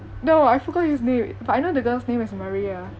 no I forgot his name but I know the girl's name is maria